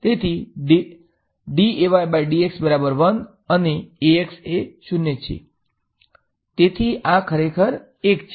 તેથી આ ખરેખર ૧ છે